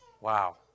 Wow